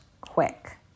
quick